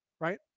right